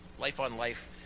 life-on-life